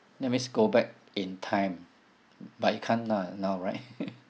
that means go back in time but you can't lah now right